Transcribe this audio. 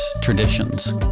traditions